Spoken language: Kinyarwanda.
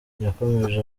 yakomeje